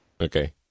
Okay